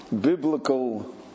biblical